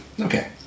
Okay